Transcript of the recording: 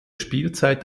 spielzeit